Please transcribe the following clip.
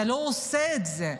אתה לא עושה את זה.